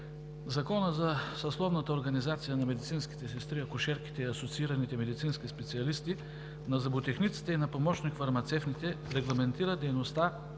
Закона за съсловните организации на медицинските сестри, акушерките и асоциираните медицински специалисти, на зъботехниците и на помощник-фармацевтите с № 954-01-67, внесен